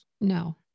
No